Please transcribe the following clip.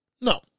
No